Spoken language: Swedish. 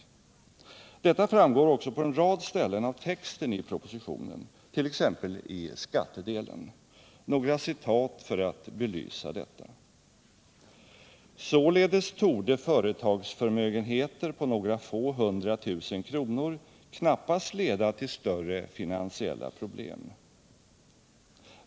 Detta framgår också på en rad ställen i propositionens text, t.ex. i skattedelen. Jag skall ge några citat för att belysa detta: ”Således torde företagsförmögenheter på några få hundratusen kronor knappast leda till större finansiella problem.